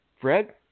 Fred